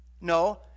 No